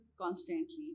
constantly